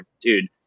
dude